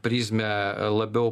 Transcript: prizmę labiau